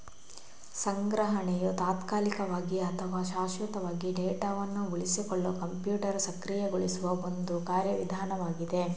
ಸಂಗ್ರಹಣೆಯು ತಾತ್ಕಾಲಿಕವಾಗಿ ಅಥವಾ ಶಾಶ್ವತವಾಗಿ ಡೇಟಾವನ್ನು ಉಳಿಸಿಕೊಳ್ಳಲು ಕಂಪ್ಯೂಟರ್ ಸಕ್ರಿಯಗೊಳಿಸುವ ಒಂದು ಕಾರ್ಯ ವಿಧಾನವಾಗಿದೆ